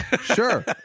sure